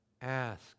Ask